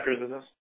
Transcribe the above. business